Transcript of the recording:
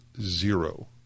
Zero